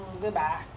Goodbye